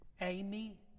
Amy